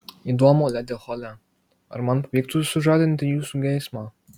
įdomu ledi hole ar man pavyktų sužadinti jūsų geismą